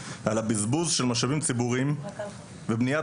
על הבזבוז של משאבים ציבוריים ובניית